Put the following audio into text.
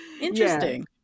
Interesting